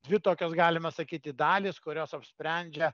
dvi tokios galima sakyti dalys kurios apsprendžia